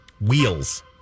Wheels